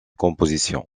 composition